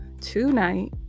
tonight